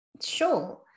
sure